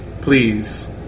please